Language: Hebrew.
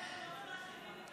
עם כדורים.